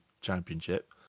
championship